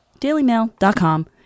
dailymail.com